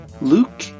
Luke